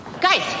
Guys